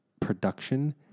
production